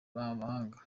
b’abahanga